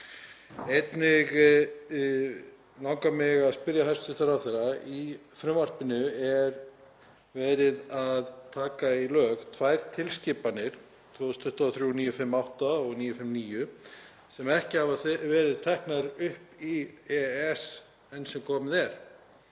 Einnig langar mig að spyrja hæstv. ráðherra: Í frumvarpinu er verið að taka í lög tvær tilskipanir, 2023/958 og 2023/959, sem ekki hafa verið teknar upp í EES enn sem komið er.